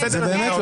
למה לא